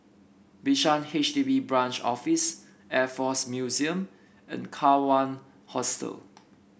Bishan DB Branch Office Air Force Museum and Kawan Hostel